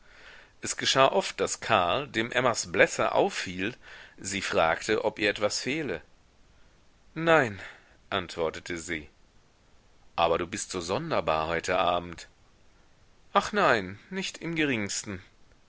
es geschah oft daß karl dem emmas blässe auffiel sie fragte ob ihr etwas fehle nein antwortete sie aber du bist so sonderbar heute abend ach nein nicht im geringsten